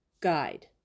guide